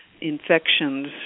infections